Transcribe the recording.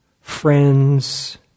friends